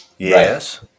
Yes